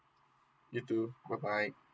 you too bye bye